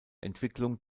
entwicklung